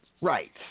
Right